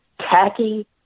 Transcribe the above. tacky